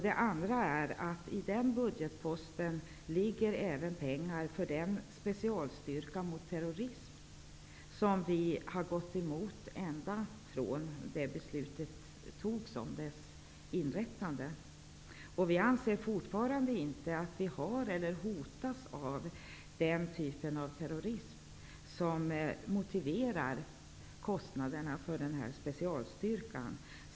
Den andra är att i den budgetposten ligger även pengar för specialstyrkan mot terrorism. Vi har varit emot den styrkan ända sedan beslutet fattades om dess inrättande. Vi anser fortfarande att Sverige inte hotas av den typ av terrorism som motiverar kostnaderna för specialstyrkan.